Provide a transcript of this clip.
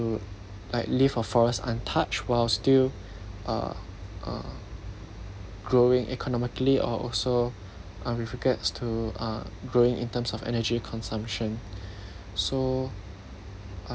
like leave a forest untouched while still uh uh growing economically or also with regards to uh growing in terms of energy consumption so